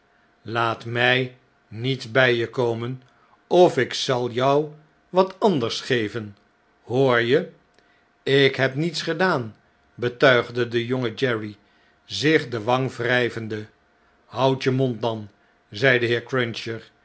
laat mij niet bjj je komen of ik zal jou wat anders geven hoor je ik heb niets gedaan betuigde de jonge jerry zich de wang wrjjvende houd je mond danl zei de heer cruncher